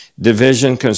division